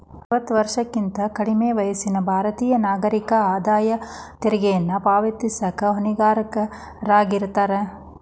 ಅರವತ್ತ ವರ್ಷಕ್ಕಿಂತ ಕಡ್ಮಿ ವಯಸ್ಸಿನ ಭಾರತೇಯ ನಾಗರಿಕರ ಆದಾಯ ತೆರಿಗೆಯನ್ನ ಪಾವತಿಸಕ ಹೊಣೆಗಾರರಾಗಿರ್ತಾರ